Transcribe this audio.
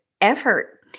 effort